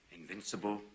Invincible